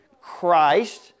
Christ